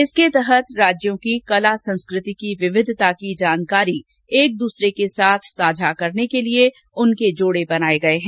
इसके तहत राज्यों की कला संस्कृति की विविधता की जानकारी एक दूसरे के साथ साझा करने के लिए उनके जोड़े बनाए गए हैं